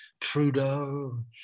Trudeau